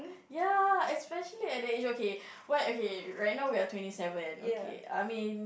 ya especially at the age okay what okay right now we are twenty seven okay I mean